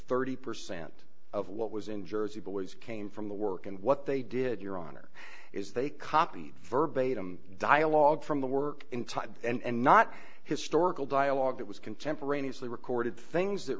thirty percent of what was in jersey boys came from the work and what they did your honor is they copied verbatim dialogue from the work in time and not historical dialogue that was contemporaneously recorded things that